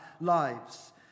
lives